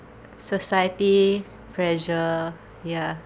society pressure ya